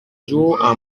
jours